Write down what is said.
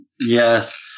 yes